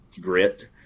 grit